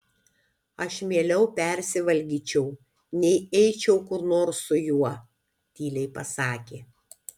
aš mieliau persivalgyčiau nei eičiau kur nors su juo tyliai pasakė